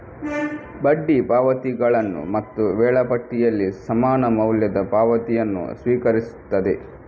ಬಡ್ಡಿ ಪಾವತಿಗಳನ್ನು ಮತ್ತು ವೇಳಾಪಟ್ಟಿಯಲ್ಲಿ ಸಮಾನ ಮೌಲ್ಯದ ಪಾವತಿಯನ್ನು ಸ್ವೀಕರಿಸುತ್ತದೆ